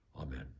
Amen